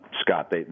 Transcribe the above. Scott